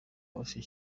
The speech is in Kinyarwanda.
woroshye